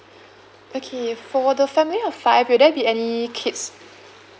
okay for the family of five will there be any kids